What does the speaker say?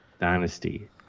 Dynasty